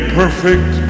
perfect